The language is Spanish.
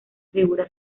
figura